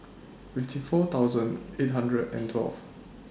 fifty four thousand eight hundred and twelve